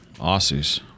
Aussies